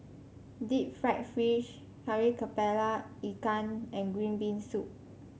Deep Fried Fish Kari kepala Ikan and Green Bean Soup